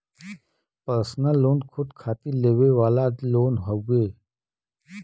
personal loan खुद खातिर लेवे वाला लोन हउवे